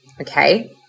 Okay